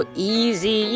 Easy